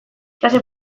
klase